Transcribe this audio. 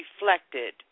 reflected